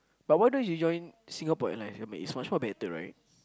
but why don't you join Singapore-Airline I mean it's much more better right